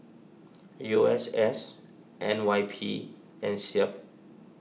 U S S N Y P and Seab